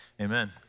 amen